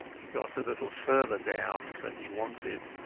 he got a little further down than he wanted.